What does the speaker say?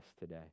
today